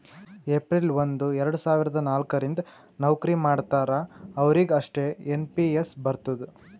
April ಒಂದು ಎರಡ ಸಾವಿರದ ನಾಲ್ಕ ರಿಂದ್ ನವ್ಕರಿ ಮಾಡ್ತಾರ ಅವ್ರಿಗ್ ಅಷ್ಟೇ ಎನ್ ಪಿ ಎಸ್ ಬರ್ತುದ್